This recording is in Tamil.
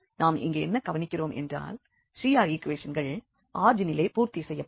நாம் இங்கே என்ன கவனிக்கிறோம் என்றால் CR ஈக்குவேஷன்கள் ஆரிஜினிலே பூர்த்தி செய்யப்படும்